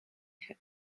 her